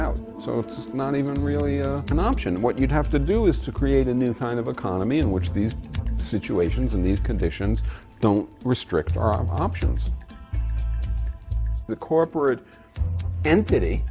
out so it's not even really an option what you'd have to do is to create a new kind of economy in which these situations and these conditions don't restrict our options the corporate entity